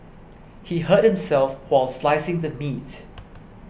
he hurt himself while slicing the meat